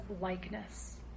likeness